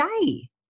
day